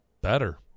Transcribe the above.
Better